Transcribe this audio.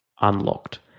unlocked